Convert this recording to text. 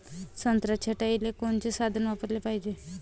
संत्रा छटाईले कोनचे साधन वापराले पाहिजे?